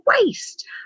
waste